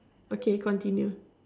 okay continue